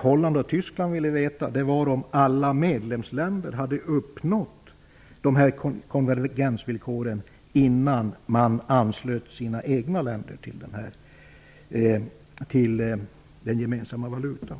Holland och Tyskland ville veta om alla medlemsländer hade uppnått konvergensvillkoren innan de anslöt sig till den gemensamma valutan.